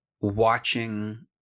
watching